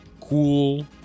cool